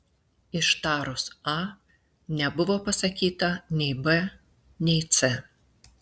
ištarus a nebuvo pasakyta nei b nei c